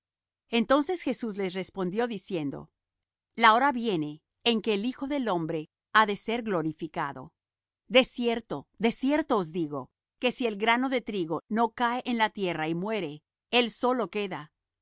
entonces jesús les respondió diciendo la hora viene en que el hijo del hombre ha de ser glorificado de cierto de cierto os digo que si el grano de trigo no cae en la tierra y muere él solo queda